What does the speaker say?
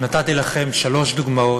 נתתי לכם שלוש דוגמאות,